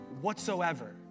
whatsoever